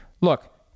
look